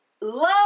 love